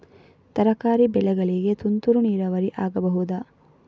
ತರಕಾರಿ ಬೆಳೆಗಳಿಗೆ ತುಂತುರು ನೀರಾವರಿ ಆಗಬಹುದಾ?